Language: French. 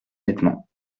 nettement